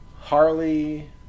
Harley